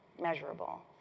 measurable.